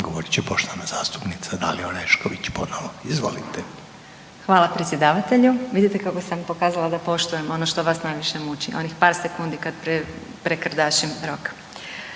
Dalija (Stranka s imenom i prezimenom)** Hvala predsjedavatelju. Vidite kako sam pokazala da poštujem ono što vas najviše muči, onih par sekundi kad prekardašim rok.